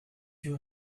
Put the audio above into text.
you